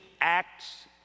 acts